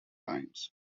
times